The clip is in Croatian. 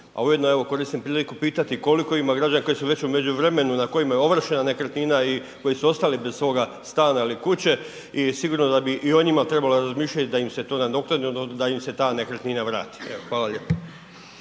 A ujedno evo koristim priliku pitati koliko ima građana koji su već u međuvremenu na kojima je ovršena nekretnina i koji su ostali bez svoga stana ili kuće i sigurno da bi o njima trebalo razmišljati da im se to nadoknadi odnosno da im se ta nekretnina vrati. Hvala lijepo.